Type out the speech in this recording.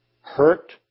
Hurt